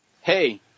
Hey